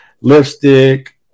lipstick